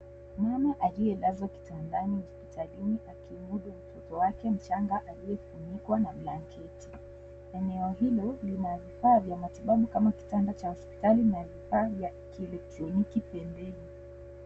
Mama aliye lazwa kitandani hospitalini akimudu mtoto wake mchanga, aliyefunikwa na blanketi, eneo hilo, lina vifaa vya matibabau kama kitanda cha hospitali na vifaa vya kielectroniki pembeni.